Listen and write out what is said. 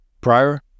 prior